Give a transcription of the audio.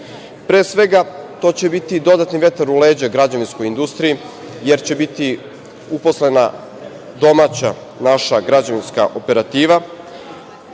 Pre svega, to će biti dodatni vetar u leđa građevinskoj industriji, jer će biti uposlena domaća naša građevinska operativa.